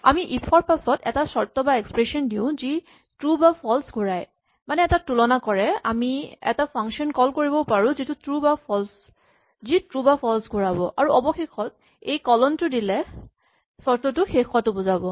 আমি ইফ ৰ পাছত এটা চৰ্ত থকা এক্সপ্ৰেচন দিওঁ যি ট্ৰো বা ফল্চ ঘূৰাই মানে এটা তুলনা কৰে আমি এটা ফাংচন কল কৰিবও পাৰো যি ট্ৰো বা ফল্চ ঘূৰাব আৰু অৱশেষত এই কলন টো দিলে চৰ্তটো শেষ হোৱাটো বুজাব